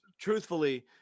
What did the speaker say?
Truthfully